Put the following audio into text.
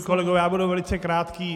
Kolegové, já budu velice krátký.